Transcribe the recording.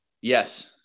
Yes